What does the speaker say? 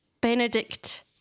Benedict